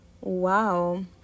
Wow